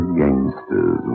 gangsters